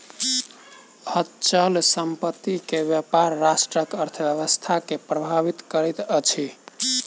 अचल संपत्ति के व्यापार राष्ट्रक अर्थव्यवस्था के प्रभावित करैत अछि